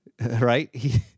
Right